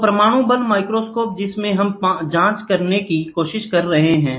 तो परमाणु बल माइक्रोस्कोप जिसमें हम जांच करने की कोशिश कर रहे हैं